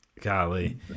golly